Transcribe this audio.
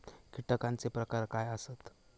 कीटकांचे प्रकार काय आसत?